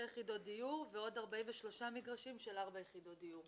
יחידות דיור ועוד 43 מגרשים של ארבע יחידות דיור.